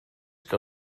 que